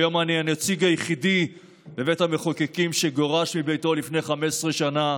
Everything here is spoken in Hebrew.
כיום אני הנציג היחידי בבית המחוקקים שגורש מביתו לפני 15 שנה.